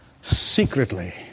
secretly